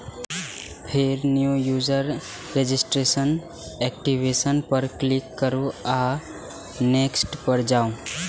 फेर new user registration, activation पर click करू आ नेक्स्ट पर जाउ